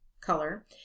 color